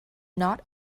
not